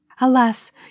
Alas